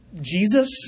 Jesus